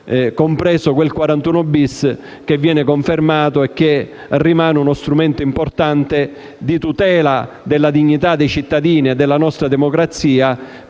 di quel 41*-bis* che viene confermato e che rimane uno strumento importante di tutela della dignità dei cittadini e della nostra democrazia.